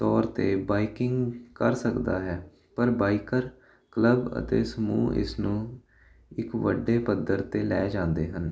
ਤੌਰ 'ਤੇ ਬਾਈਕਿੰਗ ਕਰ ਸਕਦਾ ਹੈ ਪਰ ਬਾਈਕਰ ਕਲੱਬ ਅਤੇ ਸਮੂਹ ਇਸ ਨੂੰ ਇੱਕ ਵੱਡੇ ਪੱਧਰ 'ਤੇ ਲੈ ਜਾਂਦੇ ਹਨ